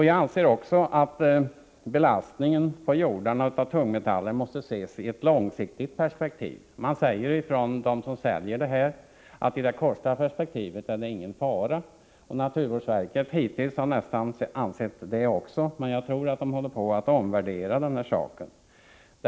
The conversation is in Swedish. Jag anser också att belastningen på jordarna av tungmetaller måste ses i ett långsiktigt perspektiv. De som säljer denna vara säger att det i det korta perspektivet inte är någon fara. Naturvårdsverket har hittills nästan ansett det också, men jag tror att de håller på att omvärdera den saken.